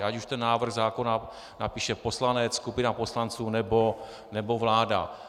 Ať už ten návrh zákona napíše poslanec, skupina poslanců nebo vláda.